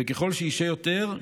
וככל שישהה יותר,